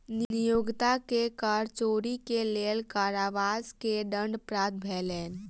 नियोक्ता के कर चोरी के लेल कारावास के दंड प्राप्त भेलैन